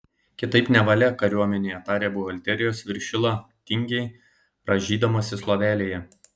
kitaip nevalia kariuomenėje tarė buhalterijos viršila tingiai rąžydamasis lovelėje